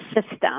system